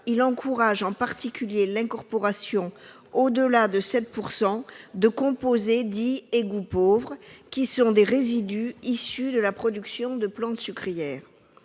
il encourage en particulier l'incorporation, au-delà de 7 %, de composés dits « égouts pauvres », qui sont des résidus issus de la production de plantes sucrières.